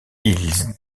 ils